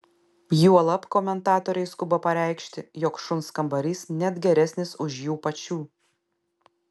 juolab komentatoriai skuba pareikši jog šuns kambarys net geresnis už jų pačių